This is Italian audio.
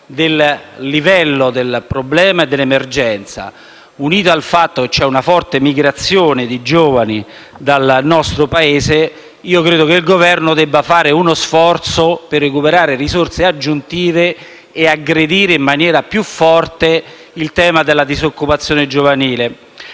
del livello del problema e dell'emergenza, unitamente alla forte migrazione di giovani dal nostro Paese. Credo che il Governo debba compiere uno sforzo per recuperare risorse aggiuntive e aggredire in maniera più forte il problema della disoccupazione giovanile.